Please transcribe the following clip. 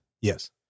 Yes